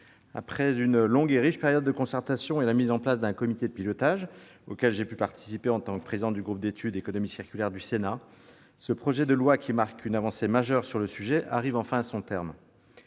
Après une longue et riche période de concertation et la mise en place d'un comité de pilotage, auquel j'ai pu participer en tant que président du groupe d'études sur l'économie circulaire du Sénat, l'examen de ce projet de loi, qui marque une avancée majeure sur le sujet, arrive enfin à son terme.